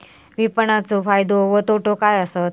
विपणाचो फायदो व तोटो काय आसत?